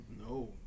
No